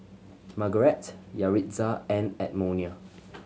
Margarett Yaritza and Edmonia